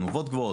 תנובות גבוהות.